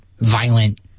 violent